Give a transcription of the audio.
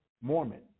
Mormon